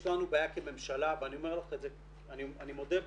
יש לנו בעיה כממשלה ואני מודה בזה,